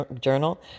journal